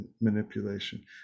manipulation